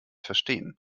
verstehen